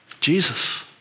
Jesus